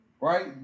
Right